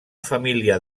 família